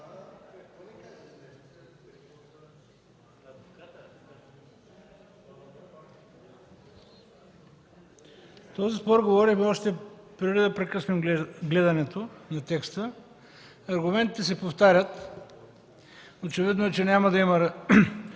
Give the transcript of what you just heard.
Този спор водихме още преди да прекъснем гледането на текста, аргументите се повтарят и е очевидно, че няма да